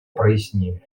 прояснели